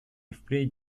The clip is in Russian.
впредь